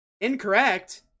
Incorrect